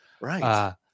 Right